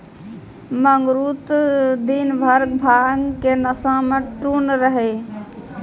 मंगरू त दिनभर भांग के नशा मॅ टुन्न रहै